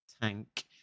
tank